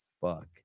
fuck